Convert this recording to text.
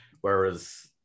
Whereas